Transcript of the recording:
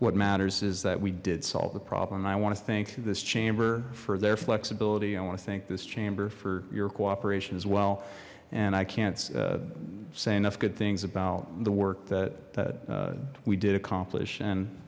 what matters is that we did solve the problem and i want to thank this chamber for their flexibility i want to thank this chamber for your cooperation as well and i can't say enough good things about the work that that we did accomplish and